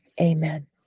Amen